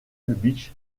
beach